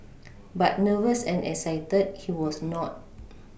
but nervous and excited he was not